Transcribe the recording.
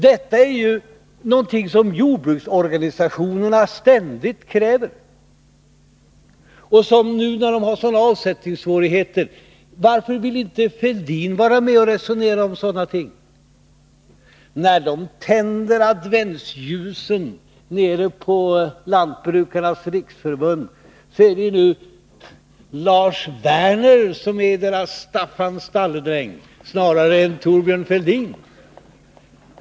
Detta är ju någonting som jordbrukarorganisationerna ständigt kräver, och nu har de ju stora avsättningssvårigheter. Varför vill inte Thorbjörn Fälldin vara med och resonera om sådana ting? När de tänder adventsljusen nere på Lantbrukarnas riksförbund, är det nu Lars Werner som är deras Staffan stalledräng snarare än Thorbjörn Fälldin.